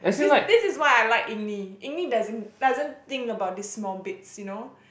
this this is why I like Yin-Mi doesn't doesn't think about this small bits you know